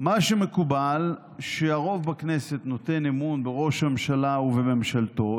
מה שמקובל הוא שהרוב בכנסת נותן אמון בראש ממשלה ובממשלתו.